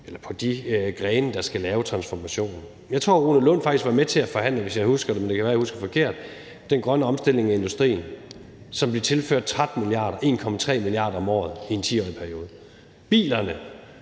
byrderne på de grene, der skal lave transformationen. Jeg tror, Rune Lund faktisk var med til at forhandle – hvis jeg husker det, men det kan være, jeg husker forkert – den grønne omstilling af industrien, som vi tilfører 13 mia. kr., altså 1,3 mia. kr. om året i en 10-årig periode. Hvad